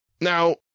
Now